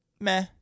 meh